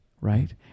right